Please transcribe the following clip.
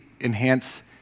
enhance